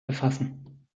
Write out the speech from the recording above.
befassen